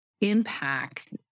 impact